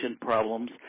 problems